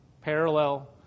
Parallel